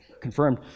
confirmed